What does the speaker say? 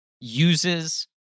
uses